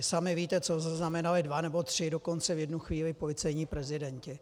Sami víte, co znamenali dva, nebo tři dokonce v jednu chvíli policejní prezidenti.